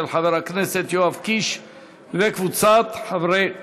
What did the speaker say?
של חבר הכנסת יואב קיש וקבוצת חברי הכנסת.